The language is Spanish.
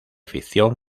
ficción